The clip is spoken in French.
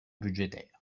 budgétaire